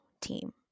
team